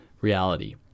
reality